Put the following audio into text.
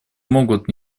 могут